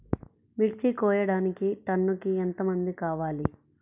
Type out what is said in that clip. మిర్చి కోయడానికి టన్నుకి ఎంత మంది కావాలి?